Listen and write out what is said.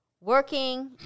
working